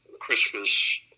Christmas